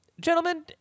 gentlemen